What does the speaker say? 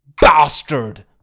bastard